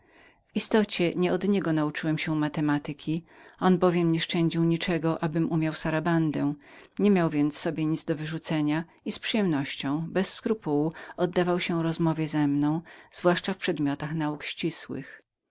w istocie nie od niego nauczyłem się matematyki on bowiem nie szczędził niczego abym umiał sarabandę nie miał więc sobie nic do wyrzucenia i z przyjemnością bez skrupułu oddawał się rozmowie ze mną zwłaszcza w przedmiotach nauk ścisłych